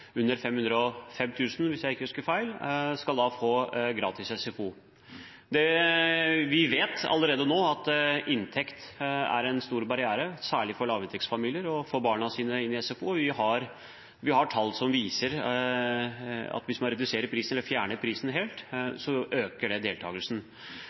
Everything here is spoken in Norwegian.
under 505 000 kr, hvis jeg ikke husker feil. De skal da få gratis SFO. Vi vet allerede nå at inntekt er en stor barriere, særlig for lavinntektsfamilier, når det gjelder å få barna sine inn i SFO. Vi har tall som viser at hvis man reduserer prisen eller